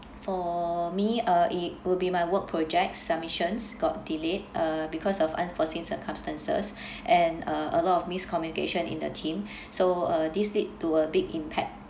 for me uh it will be my work project submissions got delayed uh because of unforeseen circumstances and uh a lot of miscommunication in the team so uh this lead to a big impact